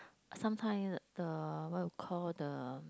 sometime the what you call the